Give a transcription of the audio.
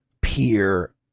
peer